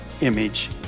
image